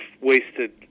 wasted